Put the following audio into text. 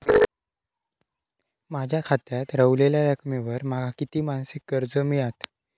माझ्या खात्यात रव्हलेल्या रकमेवर माका किती मासिक कर्ज मिळात?